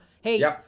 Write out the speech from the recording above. hey